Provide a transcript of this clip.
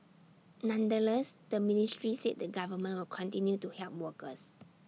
nonetheless the ministry said the government will continue to help workers